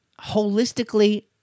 holistically